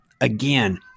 again